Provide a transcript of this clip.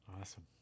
awesome